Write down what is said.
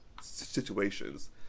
situations